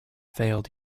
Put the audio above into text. failed